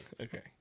Okay